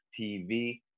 TV